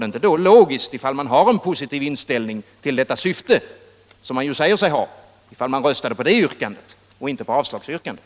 Då är min fråga: Om man har en positiv inställning till detta syfte — och det säger man sig ha — är det då inte logiskt att rösta på det yrkandet och inte på avslagsyrkandet?